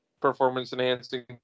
performance-enhancing